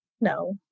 No